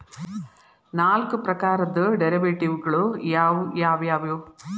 ನಾಲ್ಕ್ ಪ್ರಕಾರದ್ ಡೆರಿವೆಟಿವ್ ಗಳು ಯಾವ್ ಯಾವವ್ಯಾವು?